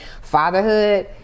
fatherhood